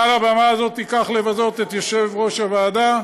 מעל הבמה הזאת כך לבזות את יושב-ראש הוועדה?